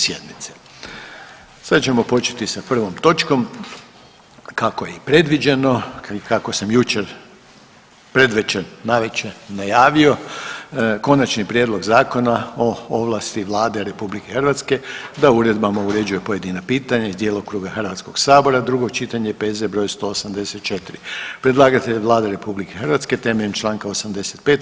Sad ćemo početi sa prvom točkom kako je i predviđeno, kako sam jučer predvečer, navečer najavio: - Konačni prijedlog Zakona o ovlasti Vlade RH da uredbama uređuje pojedina pitanja iz djelokruga Hrvatskog sabora, drugo čitanje, P.Z. broj 184 Predlagatelj je Vlada RH temeljem Članka 85.